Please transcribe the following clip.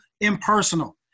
impersonal